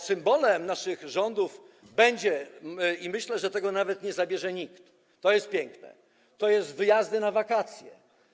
Symbolem naszych rządów będą - i myślę, że tego nawet nie zabierze nikt, to jest piękne, już są wyjazdy na wakacje.